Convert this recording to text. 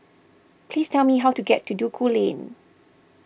please tell me how to get to Duku Lane